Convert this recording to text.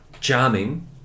charming